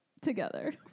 together